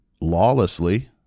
lawlessly